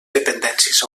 dependències